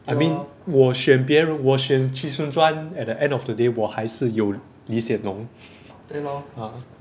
I mean 我选别人我选 chee soon juan at the end of the day 我还是有 lee hsien loong ah